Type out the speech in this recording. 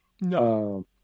No